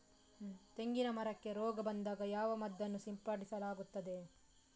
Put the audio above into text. ತೆಂಗಿನ ಮರಕ್ಕೆ ರೋಗ ಬಂದಾಗ ಯಾವ ಮದ್ದನ್ನು ಸಿಂಪಡಿಸಲಾಗುತ್ತದೆ?